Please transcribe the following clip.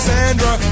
Sandra